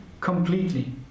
completely